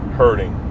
hurting